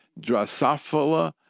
Drosophila